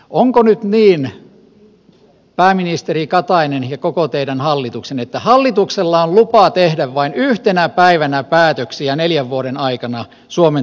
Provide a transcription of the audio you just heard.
onko nyt niin pääministeri katainen ja koko teidän hallituksenne että hallituksella on lupa tehdä vain yhtenä päivänä päätöksiä neljän vuoden aikana suomen tulevaisuutta koskien